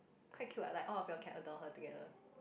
quite cute what like all of your cat adore her together